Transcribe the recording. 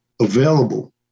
available